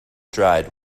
dried